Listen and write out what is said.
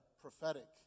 prophetic